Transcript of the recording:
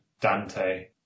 Dante